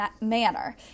manner